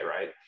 right